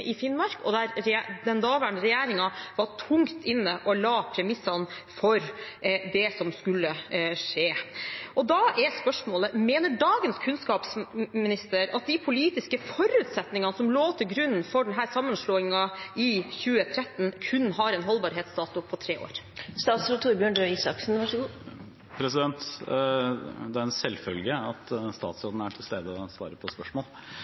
i Finnmark, og der den daværende regjeringen var tungt inne og la premissene for det som skulle skje. Da er spørsmålet: Mener dagens kunnskapsminister at de politiske forutsetningene som lå til grunn for denne sammenslåingen i 2013, har en holdbarhetsdato på kun tre år? Det er en selvfølge at statsråden er til stede og svarer på spørsmål – bare så det er